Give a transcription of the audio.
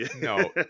No